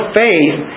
faith